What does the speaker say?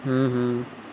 ہوں ہوں